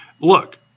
look